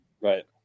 Right